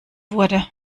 wurde